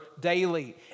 daily